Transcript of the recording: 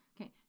Okay